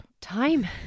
Time